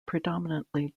predominantly